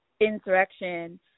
insurrection